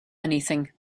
anything